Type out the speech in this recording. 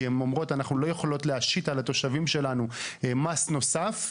כי הן לא יכולות להשית על התושבים שלהן מס נוסף,